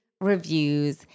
reviews